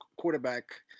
quarterback